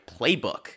playbook